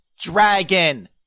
dragon